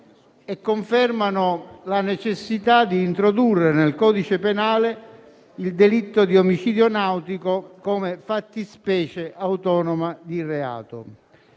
e confermano la necessità di introdurre nel codice penale il delitto di omicidio nautico come fattispecie autonoma di reato,